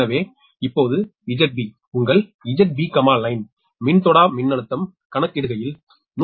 எனவே இப்போது ZB உங்கள் ZBline மின்தொடா மின்னழுத்தம் கணக்கிடுகையில் 113